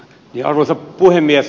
arvoisa puhemies